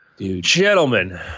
Gentlemen